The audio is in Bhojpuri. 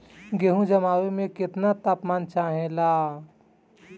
गेहू की जमाव में केतना तापमान चाहेला?